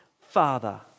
Father